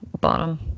bottom